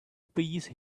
appease